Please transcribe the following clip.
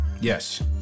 Yes